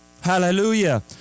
hallelujah